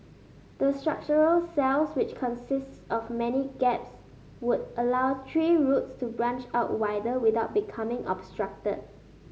the structural cells which consists of many gaps would allow tree roots to branch out wider without becoming obstructed